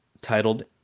titled